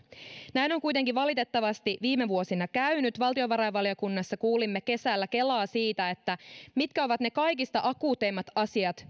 näin on kuitenkin valitettavasti viime vuosina käynyt valtiovarainvaliokunnassa kuulimme kesällä kelaa siitä mitkä ovat ne kaikista akuuteimmat asiat